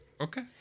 Okay